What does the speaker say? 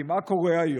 כי מה קורה היום?